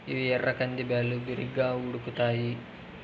ఇవి ఎర్ర కంది బ్యాళ్ళు, బిరిగ్గా ఉడుకుతాయి